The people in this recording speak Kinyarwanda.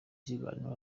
kiganiro